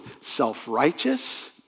self-righteous